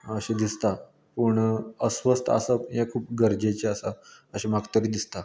अशें दिसता पूण अस्वस्थ आसप हें खूब गरजेचे आसा अशें म्हाका तरी दिसता